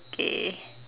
okay